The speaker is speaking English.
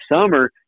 summer